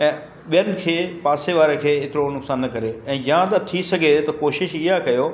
ऐं ॿियनि खे पासे वारे खे एतिरो नुक़सान न करे ऐं या थी सघे त कोशिशि इहा कयो